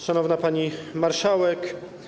Szanowna Pani Marszałek!